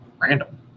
random